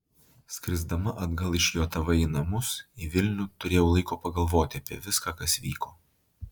skrisdama atgal iš jav į namus į vilnių turėjau laiko pagalvoti apie viską kas vyko